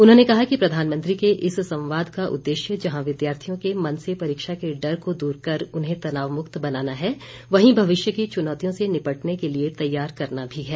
उन्होंने कहा कि प्रधानमंत्री के इस संवाद का उददेश्य जहां विद्यार्थियों के मन से परीक्षा के डर को दूर कर उन्हें तनावमुक्त बनाना है वहीं भविष्य की चुनौतियों से निपटने के लिए तैयार करना भी है